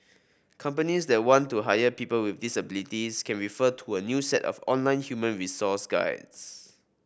companies that want to hire people with disabilities can refer to a new set of online human resource guides